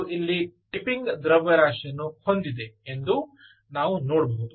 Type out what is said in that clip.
ಇದು ಇಲ್ಲಿ ಟಿಪ್ಪಿಂಗ್ ದ್ರವ್ಯರಾಶಿಯನ್ನು ಹೊಂದಿದೆ ಎಂದು ನಾವು ನೋಡಬಹುದು